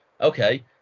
okay